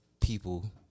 people